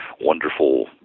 wonderful